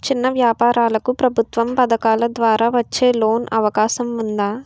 చిన్న వ్యాపారాలకు ప్రభుత్వం పథకాల ద్వారా వచ్చే లోన్ అవకాశం ఉందా?